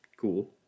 cool